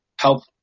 help